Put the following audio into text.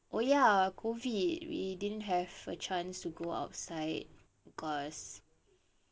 oh ya COVID we didn't have a chance to go outside because